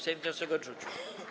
Sejm wniosek odrzucił.